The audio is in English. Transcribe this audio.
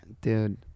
Dude